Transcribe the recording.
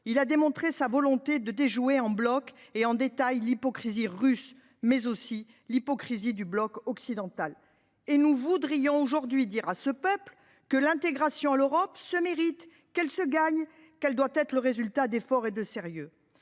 il a démontré sa volonté de déjouer en bloc et en détail l’hypocrisie russe, mais aussi celle du bloc occidental. Et nous voudrions aujourd’hui lui faire savoir que l’intégration à l’Europe se mérite, qu’elle se gagne, qu’elle doit résulter d’efforts et de sérieux